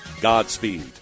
Godspeed